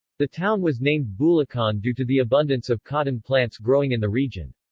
the town was named bulacan due to the abundance of cotton plants growing in the region.